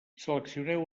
seleccioneu